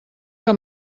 que